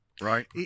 Right